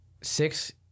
Six